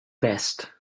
best